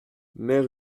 mère